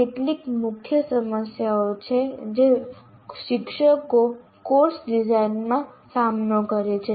આ કેટલીક મુખ્ય સમસ્યાઓ છે જે શિક્ષકો કોર્સ ડિઝાઇનમાં સામનો કરે છે